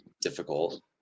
difficult